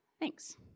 Thanks